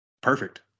perfect